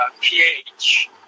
pH